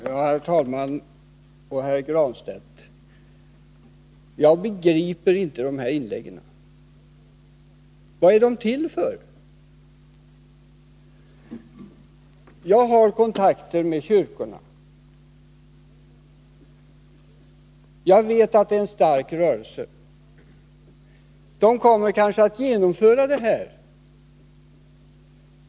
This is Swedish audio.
Herr talman! Jag vill säga, herr Granstedt, att jag inte förstår de här inläggen. Vad är de till för? Jag har kontakter med kyrkorna och vet att det är en stark rörelse. De kommer kanske att genomföra det här.